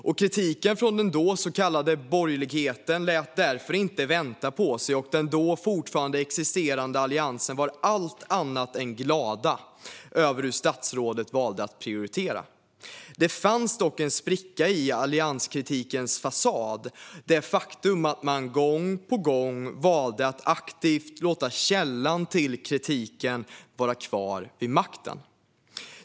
Kritiken från den så kallade borgerligheten lät därför inte vänta på sig, och den då fortfarande existerande Alliansen var allt annat än glada över hur statsrådet valde att prioritera. Det fanns dock en spricka i allianskritikens fasad: det faktum att man gång på gång valde att aktivt låta källan till kritiken vara kvar vid makten.